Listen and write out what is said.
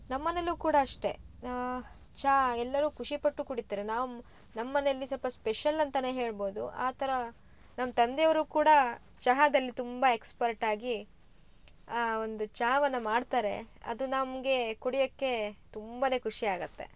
ನಮ್ಮ ಮನೇಲು ಕೂಡ ಅಷ್ಟೆ ಚಾ ಎಲ್ಲರು ಖುಷಿಪಟ್ಟು ಕುಡಿತಾರೆ ನಮ್ ನಮ್ಮ ಮನೇಲಿ ಸ್ವಲ್ಪ ಸ್ಪೆಷಲ್ ಅಂತ ಹೇಳ್ಬೋದು ಆ ಥರ ನಮ್ಮ ತಂದೆ ಅವರು ಕೂಡ ಚಹಾದಲ್ಲಿ ತುಂಬ ಎಕ್ಸ್ಪರ್ಟ್ ಆಗಿ ಆ ಒಂದು ಚಾವನ್ನು ಮಾಡ್ತಾರೆ ಅದು ನಮಗೆ ಕುಡಿಯೋಕೆ ತುಂಬ ಖುಷಿ ಆಗುತ್ತೆ